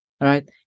Right